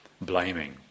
blaming